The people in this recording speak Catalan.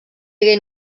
hagué